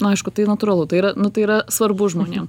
nu aišku tai natūralu tai yra nu tai yra svarbu žmonėm